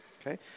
Okay